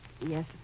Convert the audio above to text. Yes